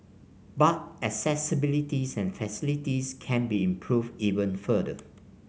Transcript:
but accessibility and facilities can be improved even further